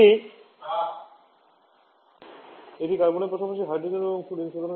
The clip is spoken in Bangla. এটি কার্বনের পাশাপাশি হাইড্রোজেন এবং ফ্লুরিন